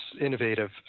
innovative